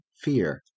fear